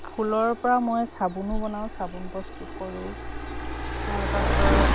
ফুলৰ পৰা মই চাবোনো বনাওঁ চাবোন প্ৰস্তুত কৰোঁ তাৰপাছত